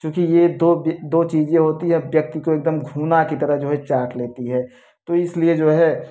क्योंकि ये दो ये दो चीजें होती हैं व्यक्ति को एकदम घुन की तरह जो है चाट लेती हैं तो इसलिए जो है